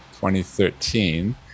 2013